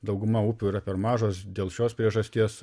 dauguma upių yra per mažos dėl šios priežasties